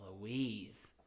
Louise